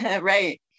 Right